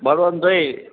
Balwantbhai